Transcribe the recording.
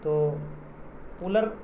تو کولر